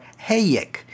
Hayek